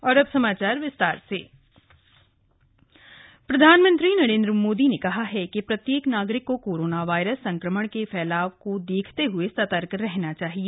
PM appeal प्रधानमंत्री नरेन्द्र मोदी ने कहा है कि प्रत्येक नागरिक को कोरोना वायरस संक्रमण के फैलाव को देखते हुए सतर्क रहना चाहिए